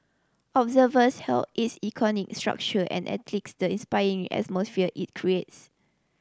observers hailed its iconic structure and the inspiring atmosphere it creates